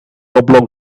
oblong